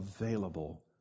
available